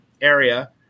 area